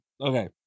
Okay